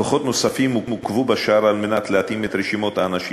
כוחות נוספים עוכבו בשער על מנת להתאים את רשימות האנשים